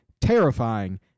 terrifying